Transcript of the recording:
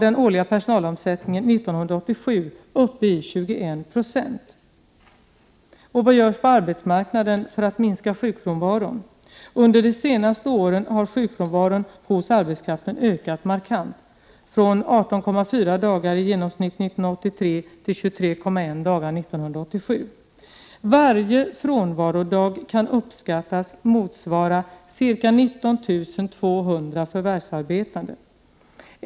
1987 var den uppe i 21 9e. Vad görs på arbetsmarknaden för att minska sjukfrånvaron? Under de senaste åren har sjukfrånvaron inom arbetskraften ökat markant, från i genomsnitt 18,4 dagar 1983 till 23,1 dagar 1987. Varje frånvarodag kan uppskattas motsvara ca 19 200 förvärvsarbetande.